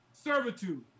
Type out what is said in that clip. servitude